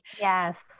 Yes